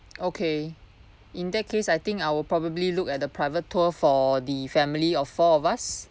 okay in that case I think I would probably look at the private tour for the family of four of us